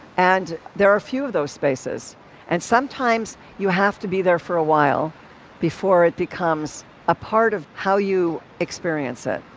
and there are a few of those spaces and sometimes you have to be there for a while before it becomes a part of how you experience it.